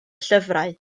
llyfrau